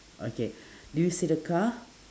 okay do you see the car